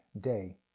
day